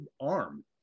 arm